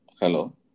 Hello